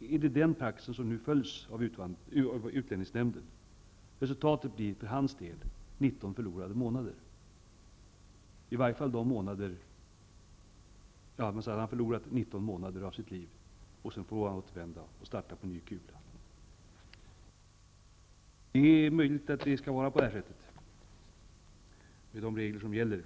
är det den praxis som nu följs av utlänningsnämnden. Resultatet för den här mannen blir att han förlorat 19 månader av sitt liv. Sedan får han återvända till sitt land och starta på ny kula. Det är möjligt att det skall vara på det här sättet, utifrån de regler som gäller.